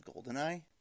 Goldeneye